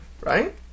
Right